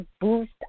boost